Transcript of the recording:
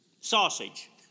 Sausage